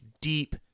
deep